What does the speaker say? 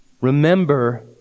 remember